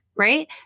right